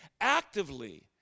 actively